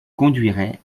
conduirait